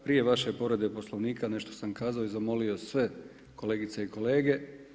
Prije vaše povrede Poslovnika nešto sam kazao i zamolio sve kolegice i kolege.